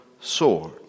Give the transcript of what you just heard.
sword